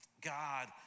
God